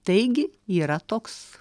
taigi yra toks